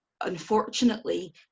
unfortunately